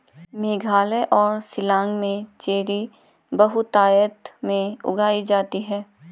मेघालय और शिलांग में चेरी बहुतायत में उगाई जाती है